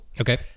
okay